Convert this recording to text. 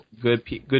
good